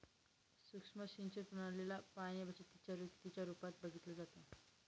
सुक्ष्म सिंचन प्रणाली ला पाणीबचतीच्या युक्तीच्या रूपात बघितलं जातं